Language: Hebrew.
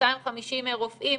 250 רופאים